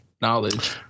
knowledge